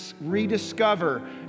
rediscover